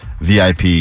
VIP